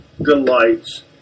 delights